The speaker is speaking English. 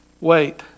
wait